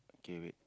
okay wait